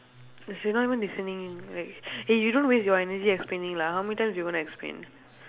she she not even listening like eh you don't waste your energy explaining lah how many times you going to explain